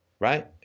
Right